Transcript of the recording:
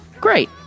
Great